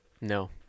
No